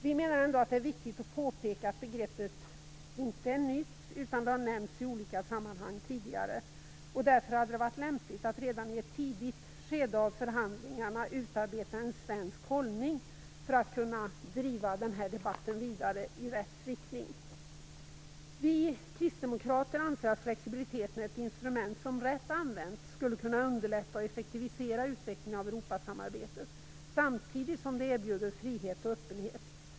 Vi menar ändå att det är viktigt att påpeka att begreppet inte är nytt utan har nämnts i olika sammanhang tidigare. Därför hade det varit lämpligt att redan i ett tidigt skede av förhandlingarna utarbeta en svensk hållning för att kunna driva den här debatten vidare i rätt riktning. Vi kristdemokrater anser att flexibiliteten är ett instrument som rätt använt skulle kunna underlätta och effektivisera utvecklingen av Europasamarbetet samtidigt som den erbjuder frihet och öppenhet.